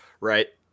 Right